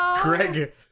Greg